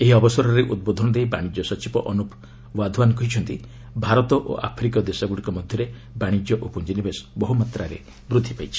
ଏହି ଅବସରରେ ଉଦ୍ବୋଧନ ଦେଇ ବାଶିଜ୍ୟ ସଚିବ ଅନୁପ୍ ୱାଧୱାନ୍ କହିଛନ୍ତି ଭାରତ ଓ ଆଫ୍ରିକୀୟ ଦେଶଗୁଡ଼ିକ ମଧ୍ୟରେ ବାଣିଜ୍ୟ ଓ ପୁଞ୍ଜିନିବେଶ ବହୁମାତ୍ରାରେ ବୃଦ୍ଧି ପାଇଛି